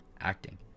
acting